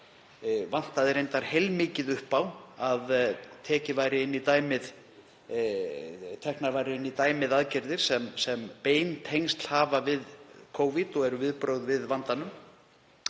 vantaði reyndar heilmikið upp á að teknar væru inn í dæmið aðgerðir sem bein tengsl hafa við Covid og eru viðbrögð við vandanum